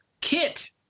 Kit